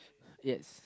yes